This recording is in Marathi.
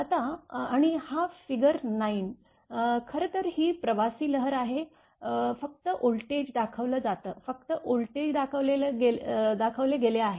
आता आणि हा फिगर 9 खरं तर ही प्रवासी लहर आहे फक्त व्होल्टेज दाखवलं जातं फक्त व्होल्टेज दाखवले गेले आहे